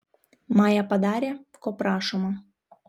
maja padarė ko prašoma